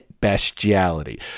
bestiality